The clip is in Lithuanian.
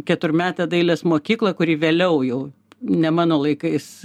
keturmetę dailės mokyklą kuri vėliau jau ne mano laikais